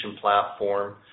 platform